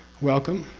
welcome.